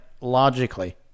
logically